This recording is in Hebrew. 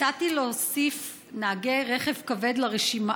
הצעתי להוסיף נהגי רכב כבד לרשימה